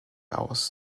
aus